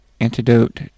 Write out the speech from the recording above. Antidote